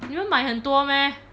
你们买很多 meh